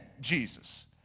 Jesus